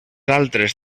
altres